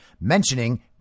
mentioning